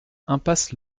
impasse